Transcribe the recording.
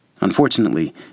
Unfortunately